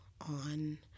on